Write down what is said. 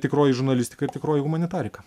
tikroji žurnalistika ir tikroji humanitarika